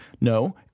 No